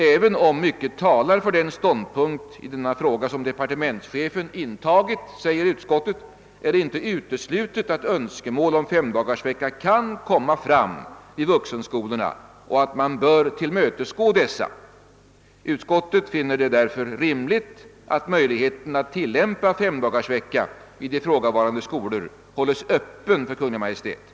»Även om mycket talar för den ståndpunkt i denna fråga som departementschefen intagit», säger utskottet, »är det inte uteslutet att önskemål om femdagarsvecka kan komma fram i vuxenskolorna och att man bör tillmötesgå dessa. Utskottet finner det därför rimligt att möjligheten att tillämpa femdagarsvecka vid ifrågavarande skolor hålles öppen för Kungl. Maj:t.